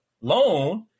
loan